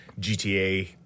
GTA